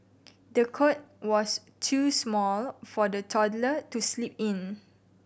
the cot was too small for the toddler to sleep in